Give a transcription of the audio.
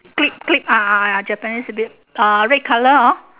clip clip ah ah ah japanese abit uh red colour hor